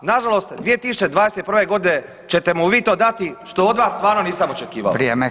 Na žalost 2021. godine ćete mu vi to dati što od vas stvarno nisam očekivao.